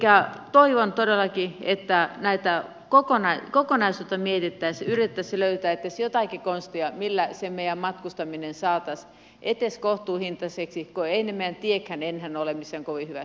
elikkä toivon todellakin että kokonaisuutta mietittäisiin yritettäisiin löytää edes jotakin konstia millä se meidän matkustaminen saataisiin edes kohtuuhintaiseksi kun eivät ne meidän tietkään enää ole missään kovin hyvässä kunnossa